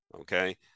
Okay